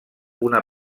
una